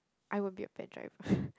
I will be a bad driver